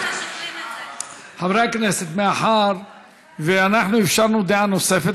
מאחר שאפשרנו דעה נוספת,